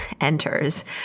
enters